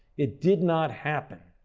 it did not happen.